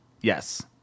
Yes